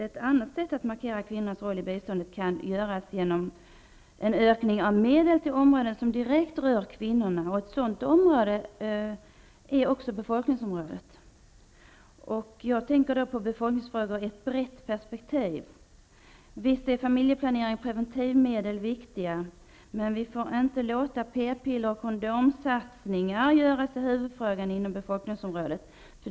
Ett annat sätt att markera kvinnans roll i biståndet kan vara att öka medlen till områden som direkt rör kvinnorna, t.ex. befolkningsområdet. Jag tänker då på befolkningsfrågor i ett brett perspektiv. Visst är familjeplanering och preventivmedel viktiga, men vi får inte låta satsningar på p-piller och kondomer göras till huvudfrågan inom befolkningsområdet.